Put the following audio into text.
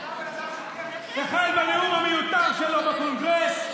החל מהנאום המיותר שלו בקונגרס,